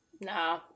no